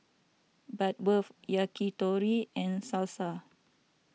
Bratwurst Yakitori and Salsa